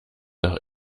nach